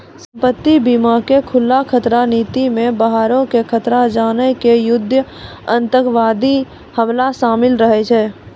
संपत्ति बीमा के खुल्ला खतरा नीति मे बाहरो के खतरा जेना कि युद्ध आतंकबादी हमला शामिल रहै छै